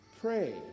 Pray